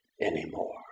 anymore